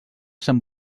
sant